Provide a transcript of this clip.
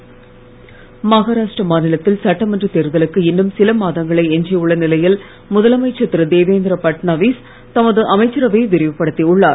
மகாராஷ்டிரா மகாராஷ்டிர மாநிலத்தில் சட்டமன்ற தேர்தலுக்கு இன்னும் சில மாதங்களே எஞ்சி உள்ள நிலையில் முதலமைச்சர் திரு தேவேந்திர பட்நவீஸ் தமது அமைச்சரவையை விரிவுபடுத்தி உள்ளார்